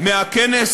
מהכנס